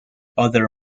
other